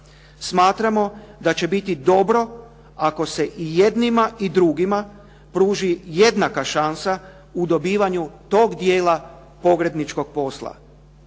smatramo da će biti dobro ako se i jednima i drugima pruži jednaka šansa u dobivanju tog dijela pogrebničkog posla.